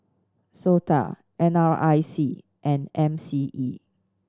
SOTA N R I C and M C E